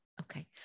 Okay